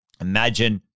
imagine